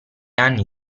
anni